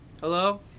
Hello